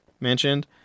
mentioned